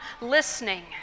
listening